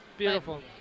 Beautiful